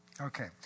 Okay